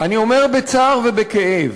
אני אומר בצער ובכאב